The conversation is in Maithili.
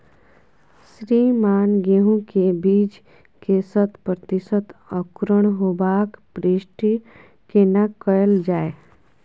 श्रीमान गेहूं के बीज के शत प्रतिसत अंकुरण होबाक पुष्टि केना कैल जाय?